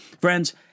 Friends